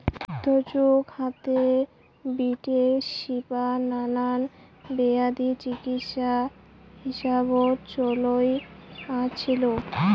মইধ্যযুগ হাতে, বিটের শিপা নানান বেয়াধির চিকিৎসা হিসাবত চইল আছিল